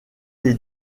les